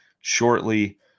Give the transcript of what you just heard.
shortly